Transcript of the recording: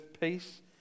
peace